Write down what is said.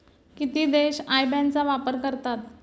किती देश IBAN चा वापर करतात?